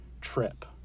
Trip